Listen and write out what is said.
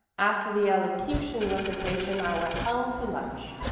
after the elocution recitation i went home to lunch.